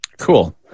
Cool